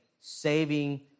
saving